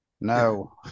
no